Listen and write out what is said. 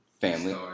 family